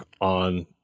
on